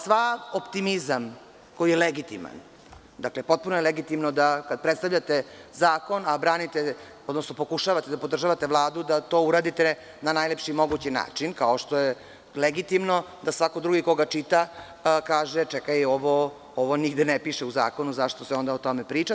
Sav optimizam koji je legitiman, dakle, potpuno je legitimno da kada predstavljate zakon, a branite, odnosno pokušavate da podržavate Vladu, da to uradite na najlepši mogući način kao što je legitimno da svako drugi ko ga čita kaže - čekaj ovo nigde ne piše u zakonu, zašto se onda o tome priča?